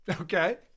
Okay